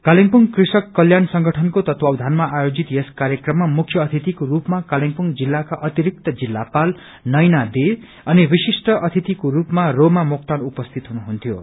कालेवुङ कृषक कल्याण संगठनको तत्वावधानमा आयोजित यस कार्यक्रममा मुख्य अतिथिको रूपमा कालेवुङ जिल्लाका अतिरिक्त जिल्लापाल नैना दे अनि विशिष्ट अतिथिको रूपमा रोमा मोक्तान उपस्थित हुनुहुन्थ्यो